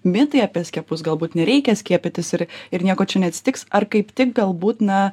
mitai apie skiepus galbūt nereikia skiepytis ir ir nieko čia neatsitiks ar kaip tik galbūt na